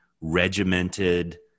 regimented